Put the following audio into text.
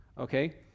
okay